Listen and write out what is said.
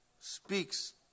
speaks